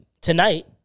Tonight